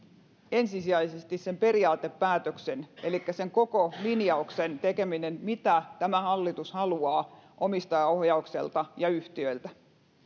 ensisijaisesti sen periaatepäätöksen elikkä sen koko linjauksen tekeminen mitä tämä hallitus haluaa omistajaohjaukselta ja yhtiöiltä